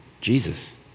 Jesus